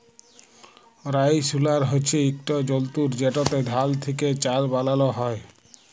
rice huller হছে ইকট যল্তর যেটতে ধাল থ্যাকে চাল বালাল হ্যয়